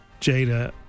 Jada